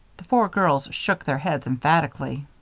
the four girls shook their heads emphatically.